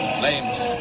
flames